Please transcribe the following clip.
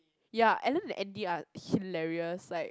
ya Ellen and Andy are hilarious like